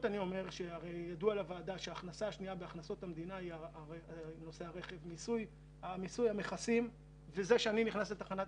ידוע לוועדה שההכנסה השנייה בהכנסות המדינה היא המיסוי בנושא הרכב: